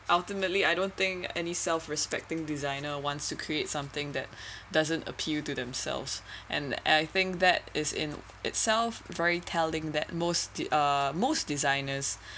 ultimately I don't think any self respecting designer wants to create something that doesn't appeal to themselves and I think that in in itself very telling that most uh de~ most designers